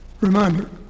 reminder